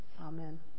Amen